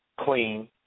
Clean